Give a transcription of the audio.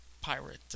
pirate